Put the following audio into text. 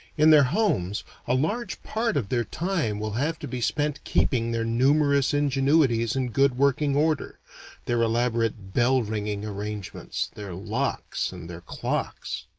in their homes a large part of their time will have to be spent keeping their numerous ingenuities in good working order their elaborate bell-ringing arrangements, their locks and their clocks.